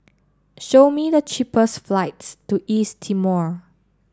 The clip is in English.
show me the cheapest flights to East Timor